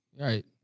Right